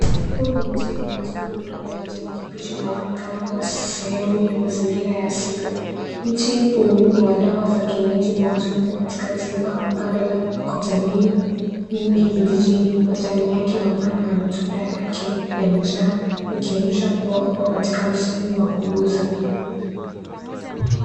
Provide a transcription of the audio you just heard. Huu ni mti wenye matunda madogo wa kijani kibichi unaoonekana kuwa sehemu ya mazingira ya asili. Mti huu ni wa dawa za kienyeji unaotumika katka tiba mbadala kwa jamii nyingi vijijini. Majani yake mapana na matunda yake yamejaa ikionyesha kuwa uko katika msimu wa kuuza.